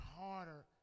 harder